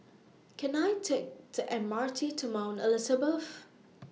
Can I Take The M R T to Mount Elizabeth